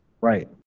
right